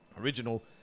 original